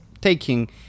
taking